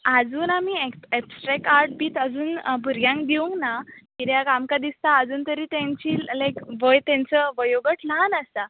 आजुन आमी extract art बीन भुरग्यांक दिवना कित्याक आमकां दिसतां आजून तरी तांची वय तांचो वयोगट ल्हान आसा